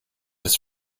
his